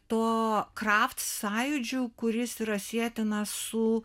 to kraft sąjūdžiu kuris yra sietinas su